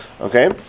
Okay